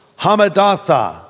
Hamadatha